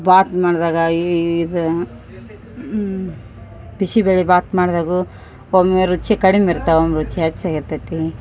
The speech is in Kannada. ಬಾತು ಮಾಡಿದಾಗ ಇದು ಬಿಸಿಬೇಳೆಬಾತು ಮಾಡಿದಾಗು ಒಮ್ಮೆ ರುಚಿ ಕಡಿಮೆ ಇರ್ತಾವ ಒಮ್ಮೆ ರುಚಿ ಹೆಚ್ಚಾಗಿ ಇರ್ತೈತಿ